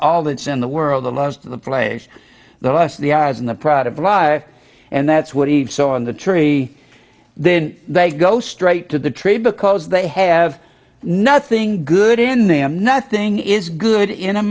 all that's in the world the lust of the place the us the eyes in the proud of live and that's what he saw in the tree then they go straight to the tree because they have nothing good in them nothing is good in a